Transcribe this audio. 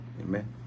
Amen